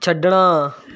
ਛੱਡਣਾ